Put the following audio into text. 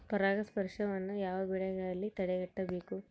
ಪರಾಗಸ್ಪರ್ಶವನ್ನು ಯಾವ ಬೆಳೆಗಳಲ್ಲಿ ತಡೆಗಟ್ಟಬೇಕು?